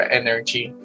energy